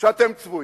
שאתם צבועים.